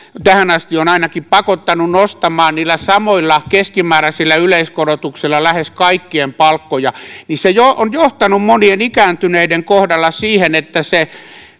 tähän asti on pakottanut nostamaan niillä samoilla keskimääräisillä yleiskorotuksilla lähes kaikkien palkkoja niin se on johtanut monien ikääntyneiden kohdalla siihen että se